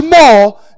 more